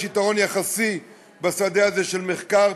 יש יתרון יחסי בשדה זה של מחקר,